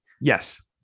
Yes